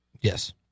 yes